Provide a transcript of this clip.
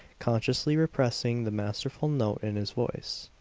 consciously repressing the masterful note in his voice.